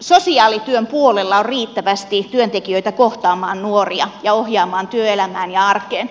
sosiaalityön puolella on riittävästi työntekijöitä kohtaamaan nuoria ja ohjaamaan työelämään ja arkeen